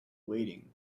waiting